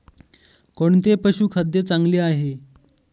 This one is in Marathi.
कोणते पशुखाद्य चांगले आहे?